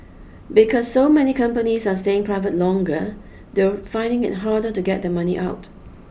because so many companies are staying private longer they're finding it harder to get their money out